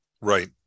Right